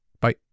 Bye